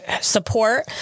support